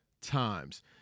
times